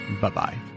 bye-bye